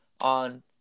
on